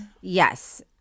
yes